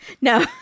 No